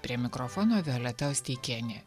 prie mikrofono violeta osteikienė